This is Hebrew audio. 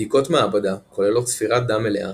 בדיקות מעבדה כוללות ספירת דם מלאה,